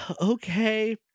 Okay